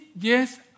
yes